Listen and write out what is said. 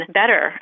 better